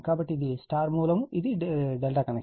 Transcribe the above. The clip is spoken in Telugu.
కాబట్టి ఇది Υ మూలం మరియు ఇది ∆ కనెక్షన్